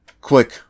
quick